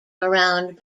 around